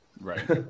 right